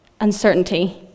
uncertainty